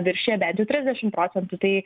viršija bent jau trisdešim procentų tai